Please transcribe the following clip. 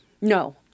No